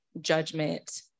judgment